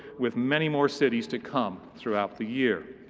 with many more cities to come throughout the year.